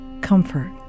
comfort